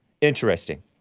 Interesting